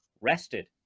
rested